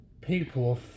people